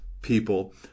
people